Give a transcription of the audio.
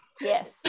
Yes